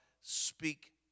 speak